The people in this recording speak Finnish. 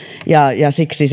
ja ja siksi